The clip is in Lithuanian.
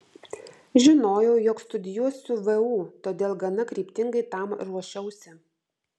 žinojau jog studijuosiu vu todėl gana kryptingai tam ruošiausi